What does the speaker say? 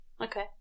Okay